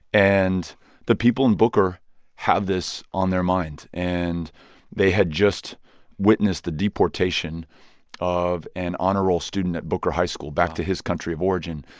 and the people in booker have this on their mind. and they had just witnessed the deportation of an honor roll student at booker high school back to his country of origin.